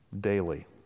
daily